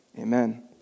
Amen